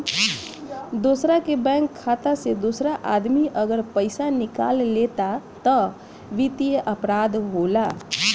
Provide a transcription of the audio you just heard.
दोसरा के बैंक खाता से दोसर आदमी अगर पइसा निकालेला त वित्तीय अपराध होला